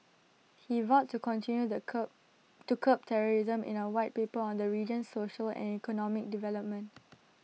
he vowed to continue the curb to curb terrorism in A White Paper on the region's social and economic development